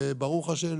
ברוך השם,